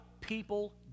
people